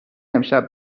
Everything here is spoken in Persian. امشب